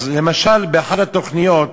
אז למשל, באחת התוכניות,